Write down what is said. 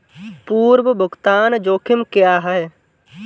पूर्व भुगतान जोखिम क्या हैं?